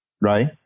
right